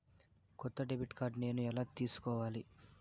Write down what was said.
కొత్త debit card నేను ఎలా తీసుకోవాలి?